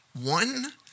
One